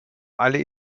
alle